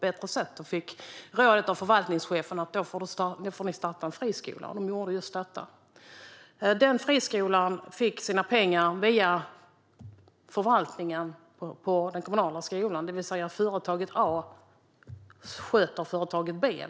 De fick rådet av förvaltningschefen att starta en friskola, och de gjorde just detta. Friskolan fick sina pengar via förvaltningen på den kommunala skolan, det vill säga att företaget A sköter företaget B.